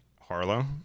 Harlow